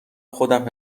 خودم